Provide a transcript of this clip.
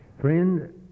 Friend